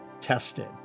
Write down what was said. tested